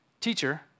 Teacher